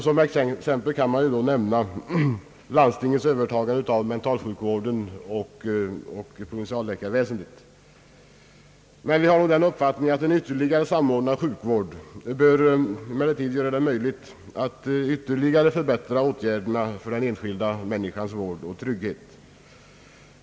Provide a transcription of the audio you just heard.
Som exempel kan nämnas landstingens övertagande av mentalsjukvården och provinsialläkarväsendet. Vi har emellertid den uppfattningen, att en ytterligare samordnad sjukvård bör göra det möjligt att ännu mer förbättra åtgärderna för den enskilda människans vård och trygghet.